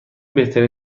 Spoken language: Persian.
بهترین